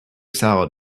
salad